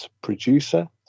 producer